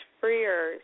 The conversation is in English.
freer